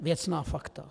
Věcná fakta.